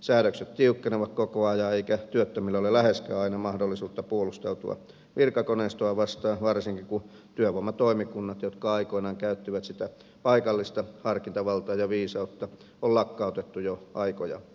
säädökset tiukkenevat koko ajan eikä työttömillä ole läheskään aina mahdollisuutta puolustautua virkakoneistoa vastaan varsinkaan kun työvoimatoimikunnat jotka aikoinaan käyttivät sitä paikallista harkintavaltaa ja viisautta on lakkautettu jo aikoja sitten